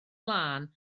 lân